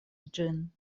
ĝin